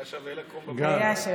היה שווה לקום בבוקר.